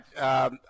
right